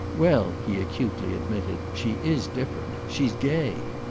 well, he acutely admitted, she is different. she's gay.